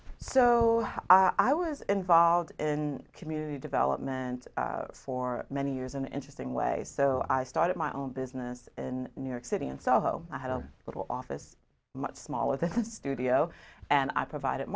so i was involved in community development for many years in interesting ways so i started my own business in new york city and so i had a little office much smaller this is a studio and i provide